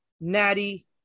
Natty